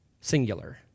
singular